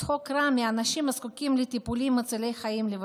צחוק רע מאנשים הזקוקים לטיפולים לבביים מצילי חיים.